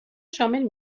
شامل